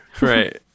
Right